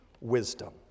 wisdom